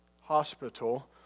hospital